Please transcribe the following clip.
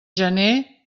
gener